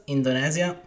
Indonesia